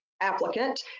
applicant